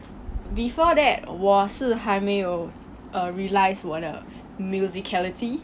before that 我是还没有 err realise 我的 musicality